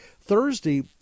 Thursday